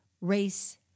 race